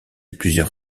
plusieurs